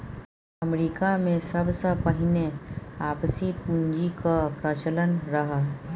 अमरीकामे सबसँ पहिने आपसी पुंजीक प्रचलन रहय